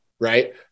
right